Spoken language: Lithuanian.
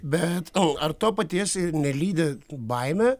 bet ar to paties nelydi baimė